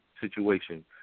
situation